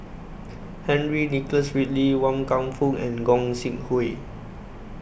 Henry Nicholas Ridley Wan Kam Fook and Gog Sing Hooi